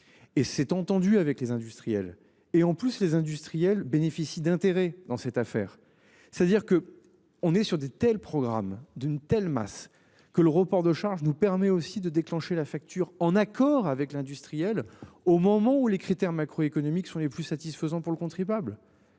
et s'est entendu avec les industriels et en plus les industriels bénéficient d'intérêt dans cette affaire, c'est-à-dire que on est sur de tels programmes d'une telle masse que le report de charges nous permet aussi de déclencher la facture en accord avec l'industriel au moment où les critères macro-économiques sont les plus satisfaisant pour le contribuable.